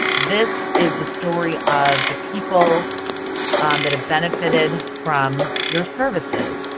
this is the story of the people that have benefited from your services,